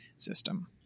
system